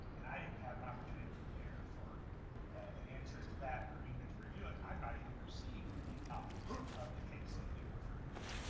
and i didn't have an opportunity ah to prepare for an answer to that or even to review it. i've not even received a copy of the case that he referred to,